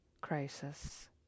crisis